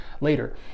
later